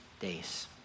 days